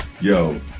yo